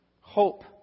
Hope